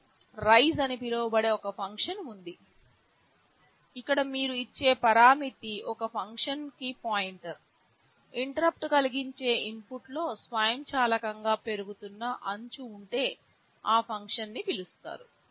rice అని పిలువబడే ఒక ఫంక్షన్ ఉంది ఇక్కడ మీరు ఇచ్చే పరామితి ఒక ఫంక్షన్కు పాయింటర్ ఇంటరుప్పుట్ కలిగించే ఇన్పుట్లో స్వయంచాలకంగా పెరుగుతున్న అంచు ఉంటే ఆ ఫంక్షన్ ని పిలుస్తారు